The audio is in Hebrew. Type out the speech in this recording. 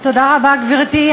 תודה רבה, גברתי.